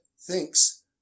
thinks